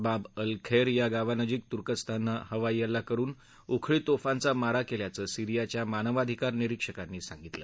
बाब al Kheir या गावानजीक तुर्कस्ताननं हवाईहल्ला करुन उखळी तोफांचा मारा केल्याचं सीरियाच्या मानवाधिकार निरीक्षकांनी सांगितलं